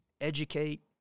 educate